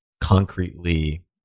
concretely